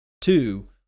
two